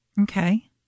Okay